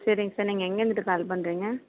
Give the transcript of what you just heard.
சேரிங்க சார் நீங்கள் எங்கே இருந்துட்டு கால் பண்ணுறிங்க